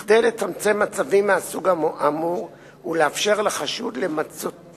כדי לצמצם מצבים מהסוג האמור ולאפשר לחשוד למצות את